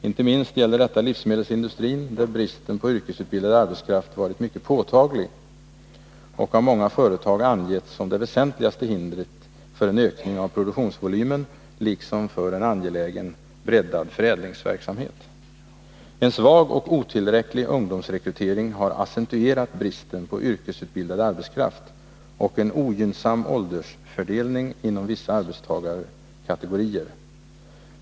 Inte minst gäller detta livsmedelsindustrin, där bristen på yrkesutbildad arbetskraft varit mycket påtaglig och av många företag angetts som det väsentligaste hindret för en ökning av produktionsvolymen, liksom för en angelägen breddning av förädlingsverksamheten. En svag och otillräcklig ungdomsrekrytering har accentuerat bristen på yrkesutbildad arbetskraft och en ogynnsam åldersfördelning inom vissa arbetstagarkategorier.